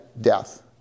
death